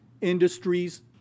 industries